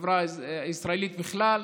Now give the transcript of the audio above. בחברה הישראלית בכלל.